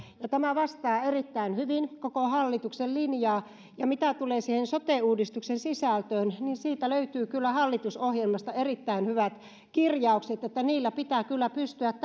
tämä vastaa erittäin hyvin koko hallituksen linjaa ja mitä tulee siihen sote uudistuksen sisältöön siitä löytyy kyllä hallitusohjelmasta erittäin hyvät kirjaukset niin että niillä pitää kyllä pystyä